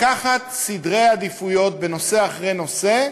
לקחת סדרי עדיפויות, נושא אחרי נושא,